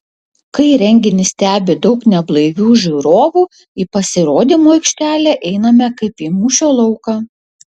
kai renginį stebi daug neblaivių žiūrovų į pasirodymo aikštelę einame kaip į mūšio lauką